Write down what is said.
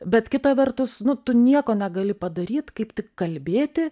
bet kita vertus nu tu nieko negali padaryt kaip tik kalbėti